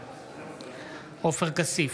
בעד עופר כסיף,